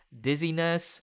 dizziness